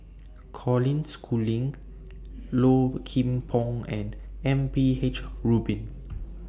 Colin Schooling Low Kim Pong and M P H Rubin